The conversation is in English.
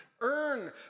earn